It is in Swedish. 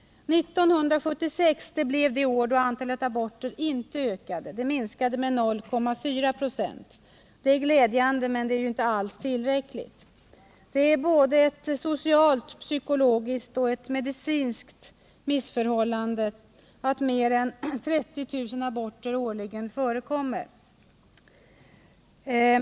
1976 blev det år då antalet aborter inte ökade. Det minskade med 0,4 26. Det är glädjande men inte alls tillräckligt. Det är ett socialt, psykologiskt och medicinskt missförhållande att mer än 30 000 aborter årligen förekommer.